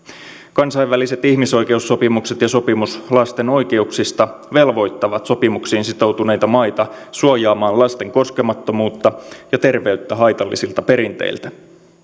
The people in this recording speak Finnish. kansainväliset ihmisoikeussopimukset ja sopimus lasten oikeuksista velvoittavat sopimuksiin sitoutuneita maita suojaamaan lasten koskemattomuutta ja terveyttä haitallisilta perinteiltä